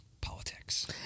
politics